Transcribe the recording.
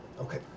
Okay